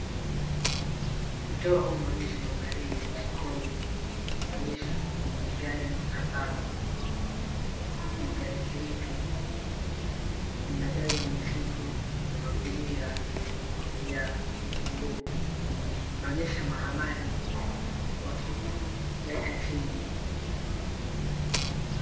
Mchoro huu unaonyesha mandharini mwa sokoni. Inaonyesha gari ambalo ni kijani kibichi linabeba mizigo na magunia ya vitunguu. Inaonyesha mahamali wakiweka chini.